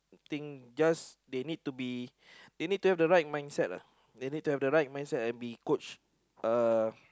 think just they need to be they need to have the right mindset uh they need to have the right mindset and be coach uh